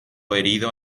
herido